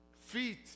feet